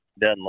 done